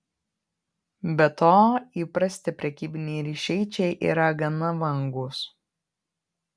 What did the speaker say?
be to įprasti prekybiniai ryšiai čia yra gana vangūs